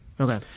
okay